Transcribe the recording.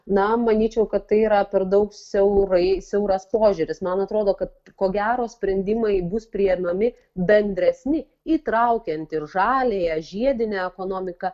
na manyčiau kad tai yra per daug siaurai siauras požiūris man atrodo kad ko gero sprendimai bus priimami bendresni įtraukiant ir žaliąją žiedinę ekonomiką